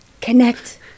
Connect